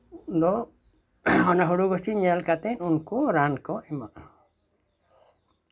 ᱩᱱ ᱫᱚ ᱚᱱᱟ ᱦᱩᱲᱩ ᱜᱟᱹᱪᱷᱤ ᱧᱮᱞ ᱠᱟᱛᱮᱜ ᱩᱱᱠᱩ ᱨᱟᱱ ᱠᱚ ᱮᱢᱚᱜᱼᱟ